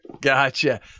Gotcha